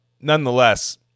nonetheless